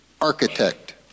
architect